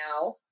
now